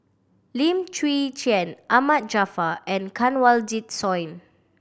Lim Chwee Chian Ahmad Jaafar and Kanwaljit Soin